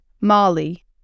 Mali